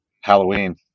Halloween